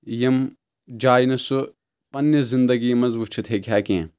یِم جایہِ نہٕ سُہ پَنٕنہِ زنٛدگی منٛز وُچھِتھ ہٮ۪کہِ ہا کیٚنٛہہ